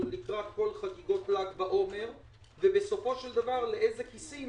לקראת כל חגיגות ל"ג בעומר ובסופו של דבר לאילו כיסים